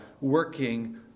working